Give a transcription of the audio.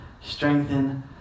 strengthen